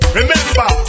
Remember